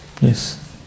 Yes